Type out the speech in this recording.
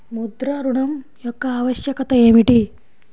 ముద్ర ఋణం యొక్క ఆవశ్యకత ఏమిటీ?